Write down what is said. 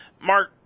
Mark